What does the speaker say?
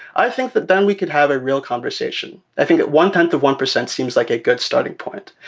i think that then we could have a real conversation. i think one tenth of one percent seems like a good starting point.